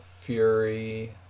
Fury